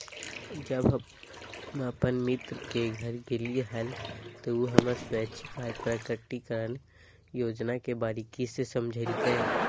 जब हम अपन मित्र के घर गेलिये हल, त उ हमरा स्वैच्छिक आय प्रकटिकरण योजना के बारीकि से समझयलकय